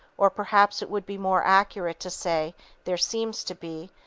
or perhaps it would be more accurate to say there seems to be,